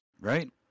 right